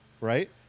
right